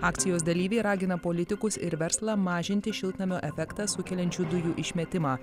akcijos dalyviai ragina politikus ir verslą mažinti šiltnamio efektą sukeliančių dujų išmetimą